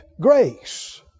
grace